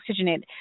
oxygenate